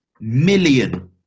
million